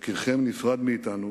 יקירכם נפרד מאתנו